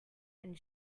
and